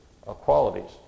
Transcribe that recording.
qualities